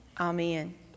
Amen